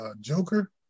Joker